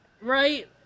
Right